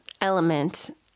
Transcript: element